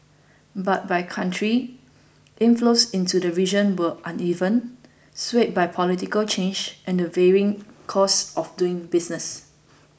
but by country inflows into the region were uneven swayed by political change and the varying costs of doing business